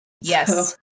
yes